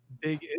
big